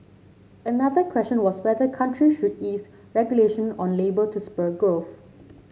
another question was whether country should ease regulation on labour to spur growth